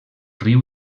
riu